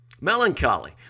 Melancholy